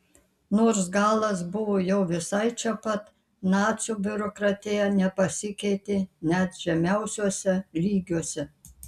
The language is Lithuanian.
nors galas buvo jau visai čia pat nacių biurokratija nepasikeitė net žemiausiuose lygiuose